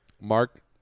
Mark